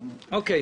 הבנתי.